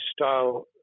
style